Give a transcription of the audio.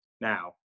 Now